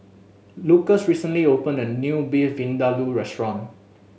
Lucas recently opened a new Beef Vindaloo Restaurant